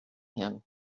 him